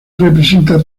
representa